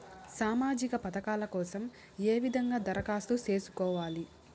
సామాజిక పథకాల కోసం ఏ విధంగా దరఖాస్తు సేసుకోవాలి